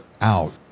out